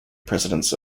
presidents